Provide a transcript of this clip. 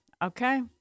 Okay